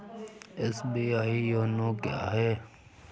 SBI YONO क्या है?